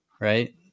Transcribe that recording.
right